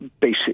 basic